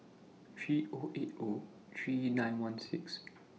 three O eight O three nine one six